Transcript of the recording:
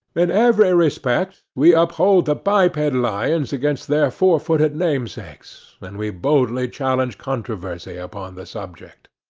in every respect we uphold the biped lions against their four-footed namesakes, and we boldly challenge controversy upon the subject.